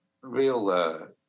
real